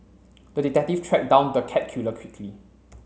the detective tracked down the cat killer quickly